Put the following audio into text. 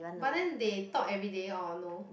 but then they talk everyday or no